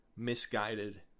misguided